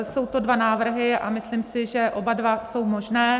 Jsou to dva návrhy a myslím si, že oba dva jsou možné.